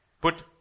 Put